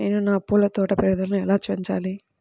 నేను నా పూల తోట పెరుగుదలను ఎలా పెంచాలి?